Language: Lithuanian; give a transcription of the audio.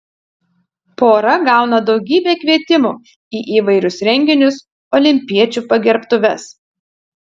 pora gauna daugybę kvietimų į įvairius renginius olimpiečių pagerbtuves